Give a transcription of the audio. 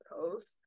post